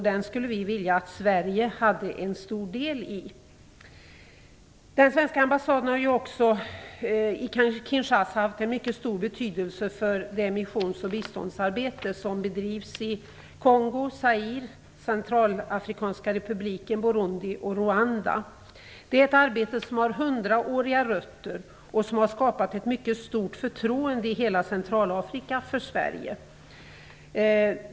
Den skulle vi vilja att Sverige hade en stor del i. Den svenska ambassaden i Kinshasa har haft mycket stor betydelse för det missions och biståndsarbete som bedrivs i Kongo, Zaire, Centralafrikanska republiken, Burundi och Rwanda. Det är ett arbete som har hundraåriga rötter och har skapat ett mycket stort förtroende i hela Centralafrika för Sverige.